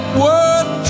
worth